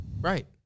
Right